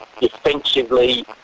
defensively